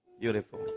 Beautiful